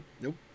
Nope